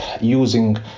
using